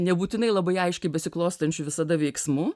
nebūtinai labai aiškiai besiklostančiu visada veiksmu